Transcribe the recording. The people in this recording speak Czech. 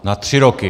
Na tři roky!